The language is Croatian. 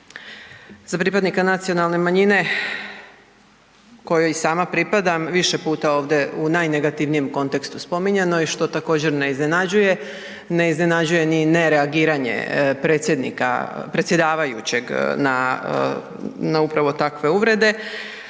za pripadnika nacionalne manjine kojoj i sama pripadam, više puta ovdje u najnegativnijem kontekstu spominjano je što također ne iznenađuje, ne iznenađuje ni ne reagiranje predsjedavajućeg na upravo takve uvrede,